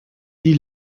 die